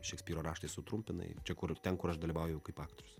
šekspyro raštai sutrumpinai čia kur ten kur aš dalyvauju jau kaip aktorius